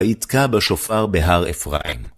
ויתקע בשופר בהר אפרים.